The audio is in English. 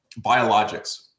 biologics